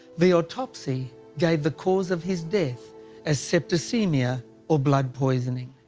the autopsy gave the cause of his death as septicemia or blood poisoning.